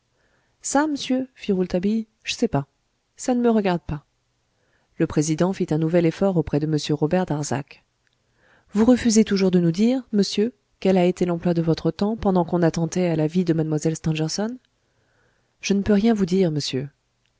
ça m'sieur fit rouletabille j'sais pas ça ne me regarde pas le président fit un nouvel effort auprès de m robert darzac vous refusez toujours de nous dire monsieur quel a été l'emploi de votre temps pendant qu on attentait à la vie de mlle stangerson je ne peux rien vous dire monsieur